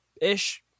ish